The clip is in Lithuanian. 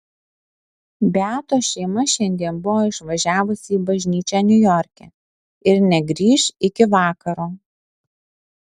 beatos šeima šiandien buvo išvažiavusi į bažnyčią niujorke ir negrįš iki vakaro